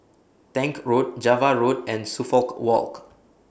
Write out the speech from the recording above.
Tank Road Java Road and Suffolk Walk